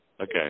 Okay